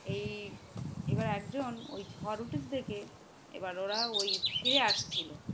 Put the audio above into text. এই এবার একজন ওই ঝড় উঠে দেখে এবার ওরা ওই ফিরে আসছিলো